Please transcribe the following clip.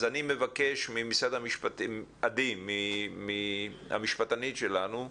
אז אני מבקש מעדי, המשפטנית שלנו,